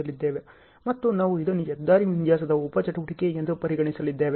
ಮತ್ತು ನಾವು ಇದನ್ನು ಹೆದ್ದಾರಿ ವಿನ್ಯಾಸದ ಉಪ ಚಟುವಟಿಕೆ ಎಂದು ಪರಿಗಣಿಸಲಿದ್ದೇವೆ